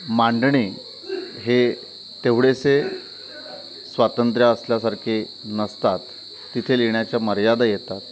मांडणे हे तेवढेसे स्वातंत्र्य असल्यासारखे नसतात तिथे लिहिण्याच्या मर्यादा येतात